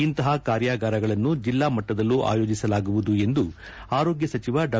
ಇಂತಹ ಕಾರ್ಯಾಗಾರಗಳನ್ನು ಜಿಲ್ಲಾ ಮಟ್ಟದಲ್ಲೂ ಆಯೋಜಿಸಲಾಗುವುದು ಎಂದು ಆರೋಗ್ಲ ಸಚಿವ ಡಾ